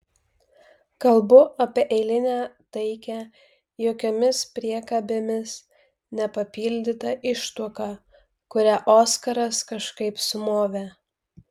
kalbu apie eilinę taikią jokiomis priekabėmis nepapildytą ištuoką kurią oskaras kažkaip sumovė